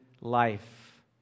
life